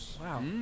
Wow